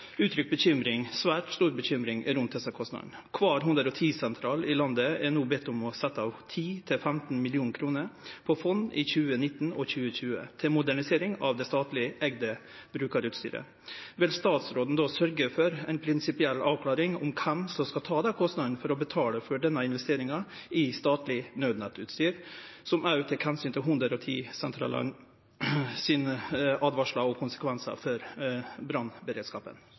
bekymring, svært stor bekymring, rundt desse kostnadene. Kvar 110-sentral i landet er no beden om å setje av 10–15 mill. kr på fond i 2019 og 2020 til modernisering av det statleg eigde brukarutstyret. Vil statsråden då sørgje for ei prinsipiell avklaring om kven som skal ta kostnadene og betale for denne investeringa i statleg naudnettustyr, som òg tek omsyn til åtvaringane frå 110-sentralane og konsekvensane for brannberedskapen? Kommunene har ansvar for